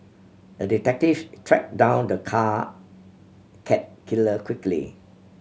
the detective tracked down the car cat killer quickly